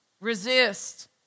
Resist